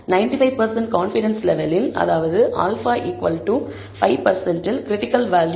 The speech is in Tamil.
95 பர்சன்ட் கான்ஃபிடன்ஸ் லெவலில் அதாவது α5 ல் கிரிட்டிக்கல் வேல்யூ 2